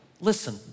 listen